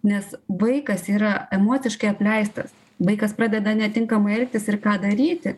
nes vaikas yra emociškai apleistas vaikas pradeda netinkamai elgtis ir ką daryti